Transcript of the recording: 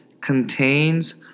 contains